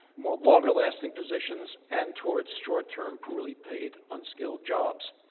more longer lasting positions and towards short-term, poorly paid, unskilled jobs.